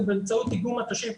זה באמצעות איגום מטושים,